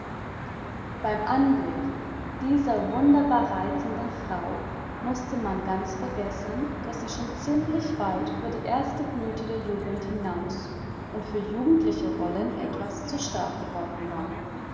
beim anblick dieser wunderbar reizenden frau mußte man ganz vergessen daß sie schon ziemlich weit über die erste blüte der jugend hinaus und für jugendliche rollen etwas zu stark geworden war